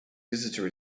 visitor